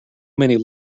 many